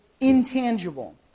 intangible